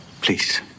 Please